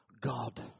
God